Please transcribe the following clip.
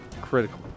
Critical